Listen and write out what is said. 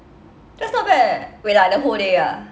that's not bad wait ah the whole day ah